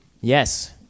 Yes